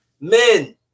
Men